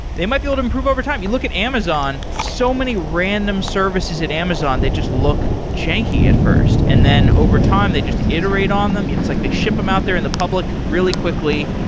they might be able to improve overtime. you look at amazon, so many random services at amazon. they just look jenky at first. and then overtime they just iterate on them. it's like they ship them out there in the public really quickly.